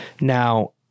Now